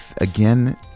again